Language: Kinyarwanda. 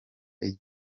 iyi